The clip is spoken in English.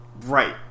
Right